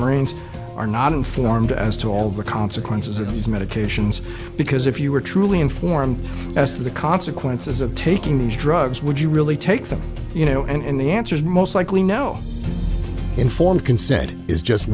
marines are not informed as to all the consequences of these medications because if you were truly informed as to the consequences of taking these drugs would you really take them you know and the answer is most likely no informed consent is just